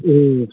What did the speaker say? ꯎꯝ